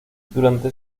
durante